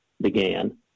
began